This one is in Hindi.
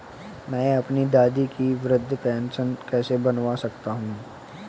मैं अपनी दादी की वृद्ध पेंशन कैसे बनवा सकता हूँ?